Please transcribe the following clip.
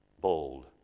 bold